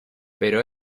pero